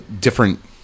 different